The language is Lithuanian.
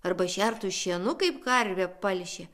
arba šertų šienu kaip karvę palšę